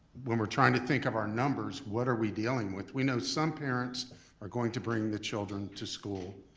when we're trying to think of our numbers what are we dealing with? we know some parents are going to bring the children to school,